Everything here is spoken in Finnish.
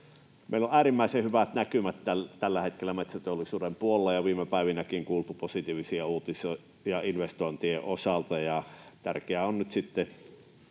Meillä on äärimmäisen hyvät näkymät tällä hetkellä metsäteollisuuden puolella, ja viime päivinäkin on kuultu positiivisia uutisia investointien osalta. Tärkeää on nyt sitten